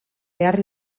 behar